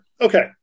okay